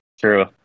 True